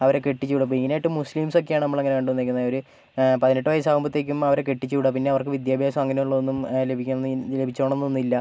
അവരെ കെട്ടിച്ചുവിടും മെയ്നായിട്ട് മുസ്ലിംസൊക്കെയാണ് നമ്മളങ്ങനെ കണ്ടുവന്നേക്കുന്നത് അവർ പതിനെട്ടു വയസാകുമ്പോഴത്തേക്കും അവരെ കെട്ടിച്ചുവിടുക പിന്നെ അവർക്ക് വിദ്യാഭ്യാസം അങ്ങനെയുള്ളതൊന്നും ലഭിക്കുന്ന ലഭിച്ചോളണമെന്നൊന്നും ഇല്ല